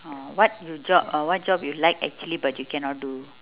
oh what you job uh what job you like actually but you cannot do